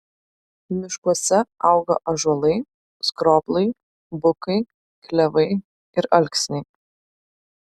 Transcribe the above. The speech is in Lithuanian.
miškuose auga ąžuolai skroblai bukai klevai ir alksniai